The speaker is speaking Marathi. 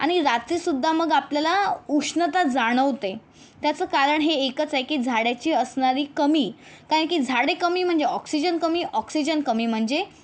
आणि रात्रीसुद्धा मग आपल्याला उष्णता जाणवते त्याचं कारण हे एकच आहे की झाडांची असणारी कमी कारण की झाडे कमी म्हणजे ऑक्सिजन कमी ऑक्सिजन कमी म्हणजे